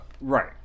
Right